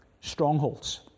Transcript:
strongholds